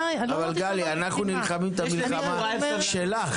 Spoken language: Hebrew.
גלי, אנחנו נלחמים את המלחמה שלך.